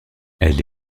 elle